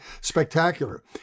spectacular